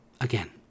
Again